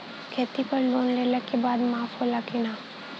खेती पर लोन लेला के बाद माफ़ होला की ना?